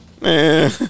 Man